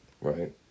Right